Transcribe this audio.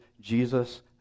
Jesus